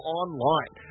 online